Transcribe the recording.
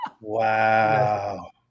wow